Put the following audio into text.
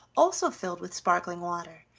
also filled with sparkling water.